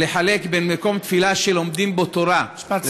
לחלק בין מקום תפילה שלומדים בו תורה, משפט סיכום.